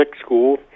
school